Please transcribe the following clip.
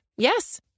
Yes